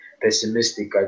pessimistic